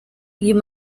you